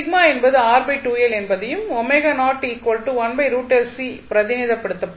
α என்பது என்பதையும் பிரதிநிதித்துவப்படுத்தும்